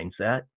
mindset